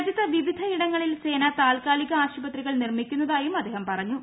രാജ്യത്ത് വിവിധ ഇടങ്ങളിൽ സേന താത്കാലിക ആശുപത്രികൾ നിർമ്മിക്കുന്നതായും അദ്ദേഹം പറഞ്ഞു